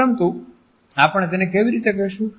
પરંતુ આપણે તેને કેવી રીતે કહેશું